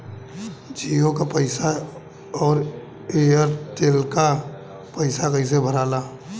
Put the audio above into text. जीओ का पैसा और एयर तेलका पैसा कैसे भराला?